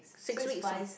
six weeks lor